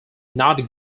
not